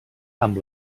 amb